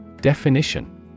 Definition